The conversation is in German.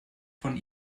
von